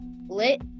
lit